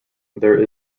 there